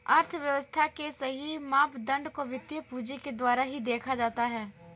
अर्थव्यव्स्था के सही मापदंड को वित्तीय पूंजी के द्वारा ही देखा जाता है